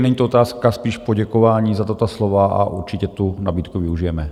Není to otázka, spíš poděkování za tato slova, a určitě tu nabídku využijeme.